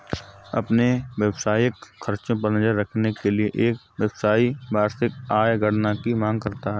अपने व्यावसायिक खर्चों पर नज़र रखने के लिए, एक व्यवसायी वार्षिक आय गणना की मांग करता है